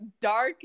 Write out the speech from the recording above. dark